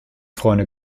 freunde